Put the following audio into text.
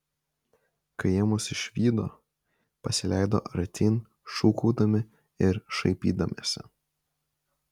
kai jie mus išvydo pasileido artyn šūkaudami ir šaipydamiesi